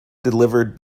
delivered